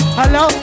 hello